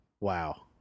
wow